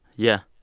yeah.